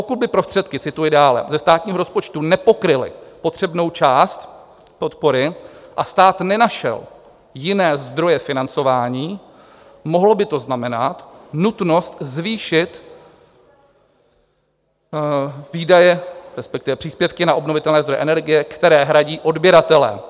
Pokud by prostředky cituji dále ze státního rozpočtu nepokryly potřebnou část podpory a stát nenašel jiné zdroje financování, mohlo by to znamenat nutnost zvýšit výdaje, respektive příspěvky na obnovitelné zdroje energie, které hradí odběratelé.